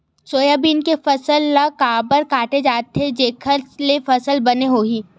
Soybean के फसल ल काबर काटे जाथे जेखर ले फसल बने होही?